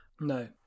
No